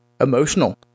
emotional